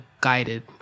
guided